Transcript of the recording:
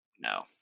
no